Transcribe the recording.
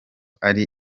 ari